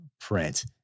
print